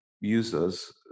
users